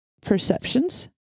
perceptions